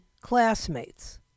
classmates